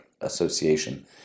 association